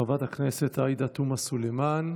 חברת הכנסת עאידה תומא סלימאן,